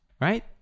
Right